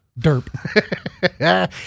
derp